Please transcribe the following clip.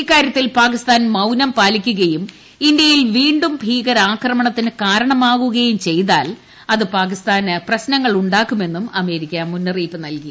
ഇക്കാര്യത്തിൽ പാകിസ്ഥാൻ മൌനം പാലിക്കുകയും ് ഇന്ത്യയിൽ വീ ും ഭീകരാക്രമണത്തിന് കാരണമാകുകയും ചെയ്താൽ അത് പാകിസ്ഥാന് പ്രശ്നങ്ങൾ ഉ ാകുമെന്നും അമേരിക്ക മുന്നറിയിപ്പ് നൽകി